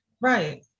Right